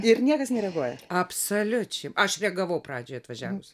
ir niekas nereaguoja absoliučiai aš reagavau pradžiai atvažiavus